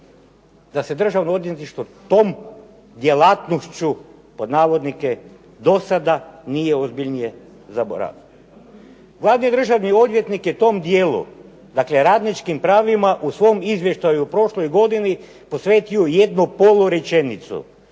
da se Državno odvjetništvo tom "djelatnošću" do sada nije ozbiljnije … /Govornik se ne razumije./… Glavni državni odvjetnik je tom dijelu, dakle radničkim pravima, u svom izvještaju u prošloj godini posvetio jednu polurečenicu